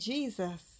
Jesus